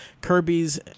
Kirby's